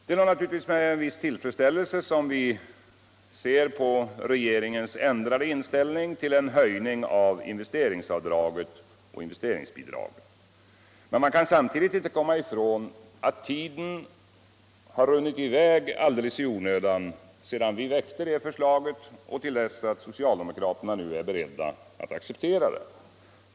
Det är naturligtvis med en viss tillfredsställelse som vi i centern ser på regeringens ändrade inställning till höjning av investeringsavdraget och investeringsbidraget. Man kan samtidigt inte komma ifrån att tiden har runnit i väg alldeles i onödan från det vi väckte detta förslag och till dess att socialdemokraterna är beredda att acceptera det.